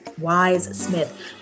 Wise-Smith